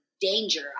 danger